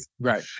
Right